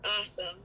Awesome